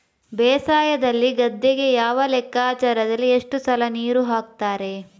ಬೇಸಾಯದಲ್ಲಿ ಗದ್ದೆಗೆ ಯಾವ ಲೆಕ್ಕಾಚಾರದಲ್ಲಿ ಎಷ್ಟು ಸಲ ನೀರು ಹಾಕ್ತರೆ?